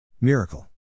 Miracle